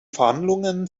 verhandlungen